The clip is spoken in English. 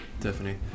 Tiffany